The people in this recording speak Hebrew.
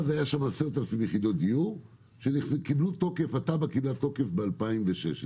אז היו שם 10,000 יחידות דיור והתב"ע קיבלה תוקף ב-2016.